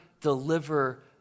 deliver